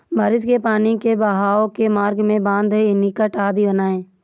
बारिश के पानी के बहाव के मार्ग में बाँध, एनीकट आदि बनाए